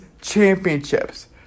championships